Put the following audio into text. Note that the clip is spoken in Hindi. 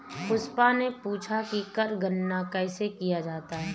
पुष्पा ने पूछा कि कर गणना कैसे किया जाता है?